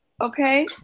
Okay